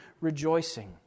rejoicing